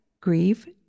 grieve